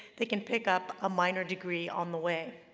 they can pick up a minor degree on the way.